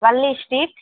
Valli street